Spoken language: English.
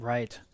Right